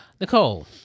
Nicole